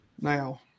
now